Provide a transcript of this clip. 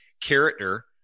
character